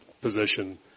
position